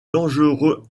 dangereux